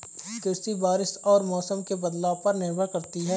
कृषि बारिश और मौसम के बदलाव पर निर्भर करती है